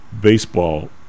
baseball